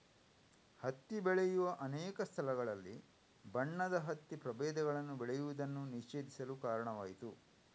ಹತ್ತಿ ಬೆಳೆಯುವ ಅನೇಕ ಸ್ಥಳಗಳಲ್ಲಿ ಬಣ್ಣದ ಹತ್ತಿ ಪ್ರಭೇದಗಳನ್ನು ಬೆಳೆಯುವುದನ್ನು ನಿಷೇಧಿಸಲು ಕಾರಣವಾಯಿತು